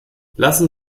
lassen